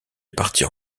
partir